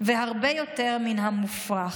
והרבה יותר מן מהמופרך.